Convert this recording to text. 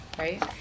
Right